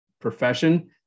profession